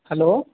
hello